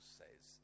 says